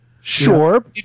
Sure